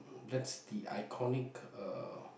that's the iconic uh